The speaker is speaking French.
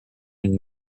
une